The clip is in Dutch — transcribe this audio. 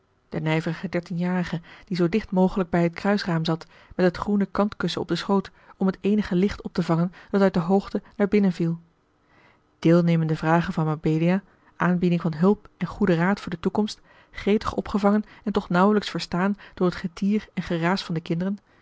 de nijvere dertienjarige die zoo dicht mogelijk bij het kruisraam zat met het groene kantkussen op den schoot om het eenige licht op te vangen dat uit de hoogte naar binnen viel deelnemende vragen van mabelia aanbieding van hulp en goeden raad voor de toekomst gretig opgevangen en toch nauwelijks verstaan door het getier en geraas van de kinderen